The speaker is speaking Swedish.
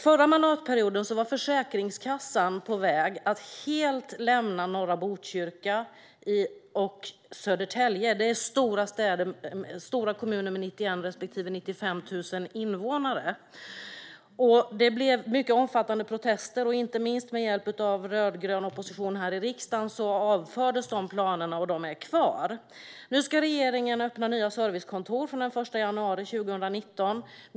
Förra mandatperioden var Försäkringskassan på väg att helt lämna norra Botkyrka och Södertälje. Det handlar om stora kommuner med 91 000 respektive 95 000 invånare. Det blev omfattande protester. Inte minst med hjälp av den rödgröna oppositionen i riksdagen avfördes dessa planer, och Försäkringskassan är kvar. Den 1 januari 2019 ska regeringen öppna nya servicekontor.